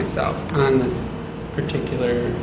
myself on this particular